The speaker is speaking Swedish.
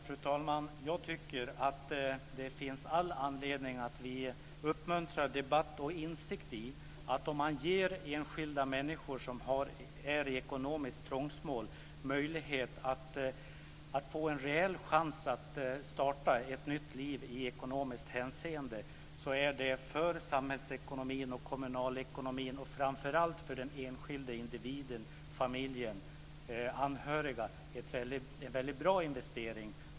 Fru talman! Jag tycker att det finns all anledning att uppmuntra debatt om och insikt i att om man ger enskilda människor i ekonomiskt trångmål en reell chans att starta ett nytt liv i ekonomiskt hänseende är detta för samhällsekonomin och kommunalekonomin - och framför allt för de enskilda individerna, för familj och anhöriga - en väldigt bra investering.